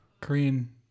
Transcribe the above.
Korean